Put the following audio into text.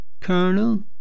Colonel